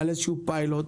על איזשהו פיילוט.